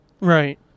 Right